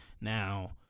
Now